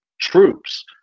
troops